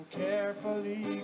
carefully